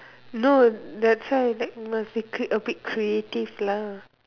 no that's why like must be a bit a bit creative lah